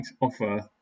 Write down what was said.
offer